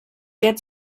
der